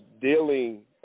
dealing